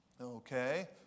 okay